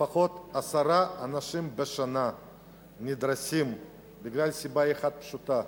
לפחות עשרה אנשים בשנה נדרסים בגלל סיבה אחת פשוטה,